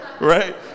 right